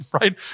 right